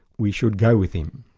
we should go with him.